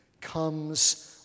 comes